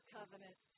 Covenant